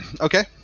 Okay